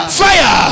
fire